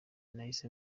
nahise